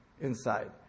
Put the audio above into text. inside